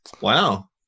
Wow